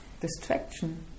distraction